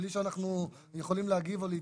בלי שאנחנו יכולים להגיב או להתייחס.